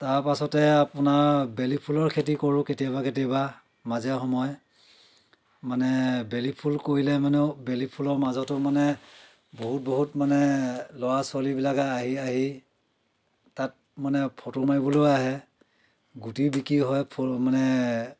তাৰ পাছতে আপোনাৰ বেলিফুলৰ খেতি কৰোঁ কেতিয়াবা কেতিয়াবা মাজে সময়ে মানে বেলিফুল কৰিলে মানেও বেলিফুলৰ মাজতো মানে বহুত বহুত মানে ল'ৰা ছোৱালীবিলাকে আহি আহি তাত মানে ফটো মাৰিবলৈও আহে গুটি বিক্ৰী হয় মানে